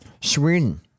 Sweden